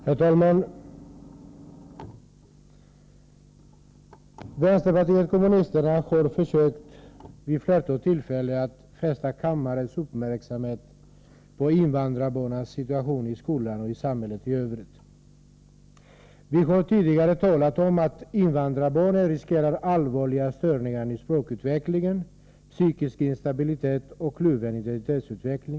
Herr talman! Vänsterpartiet kommunisterna har vid ett flertal tillfällen försökt att fästa kammarens uppmärksamhet på invandrarbarnens situation i skolan och i samhället i övrigt. Vi har tidigare talat om att invandrarbarnen riskerar allvarliga störningar i språkutvecklingen, psykisk instabilitet och kluven identitetsutveckling.